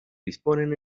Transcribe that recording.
disponen